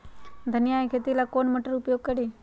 धनिया के खेती ला कौन मोटर उपयोग करी?